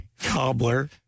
Cobbler